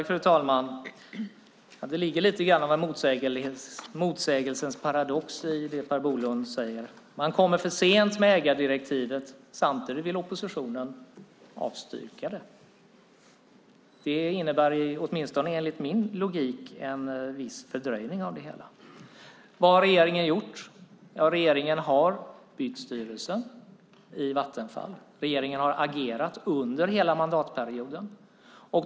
Fru talman! Det ligger lite grann av motsägelsens paradox i det som Per Bolund säger. Man kommer för sent med ägardirektivet. Samtidigt vill oppositionen avstyrka det. Det innebär åtminstone enligt min logik en viss fördröjning av det hela. Vad har regeringen gjort? Regeringen har bytt styrelse i Vattenfall. Regeringen har agerat under hela mandatperioden.